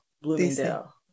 Bloomingdale